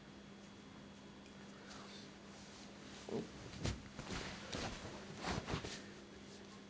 oh